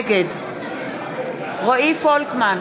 נגד רועי פולקמן,